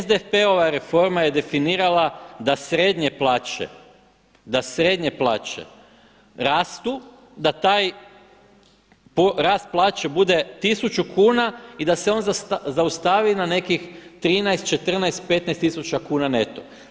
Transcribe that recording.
SDP-ova reforma je definirala da srednje plaće, da srednje plaće rastu da taj rast plaće bude tisuću kuna i da se on zaustavi na nekih 13, 14, 15 tisuća kuna neto.